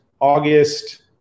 August